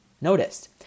noticed